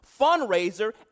fundraiser